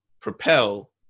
propel